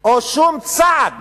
או שום צעד